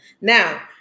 Now